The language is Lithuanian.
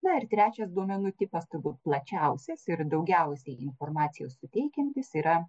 na ir trečias duomenų tipas turbūt plačiausias ir daugiausiai informacijos suteikiantis yra